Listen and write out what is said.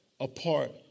apart